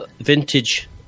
vintage